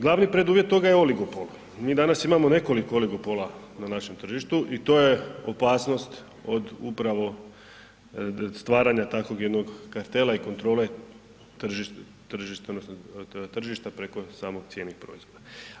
Glavni preduvjet toga je oligopol, mi danas imamo nekoliko oligopola na našem tržištu i to je opasnost od upravo stvaranja takvog jednog kartela i kontrole tržišta odnosno tržišta preko samo cijene i proizvoda.